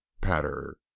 patter